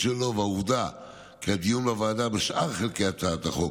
והעובדה כי הדיון בוועדה בשאר חלקי הצעת החוק